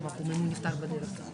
אם הוא נפטר בדרך,